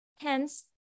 Hence